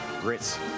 GRITS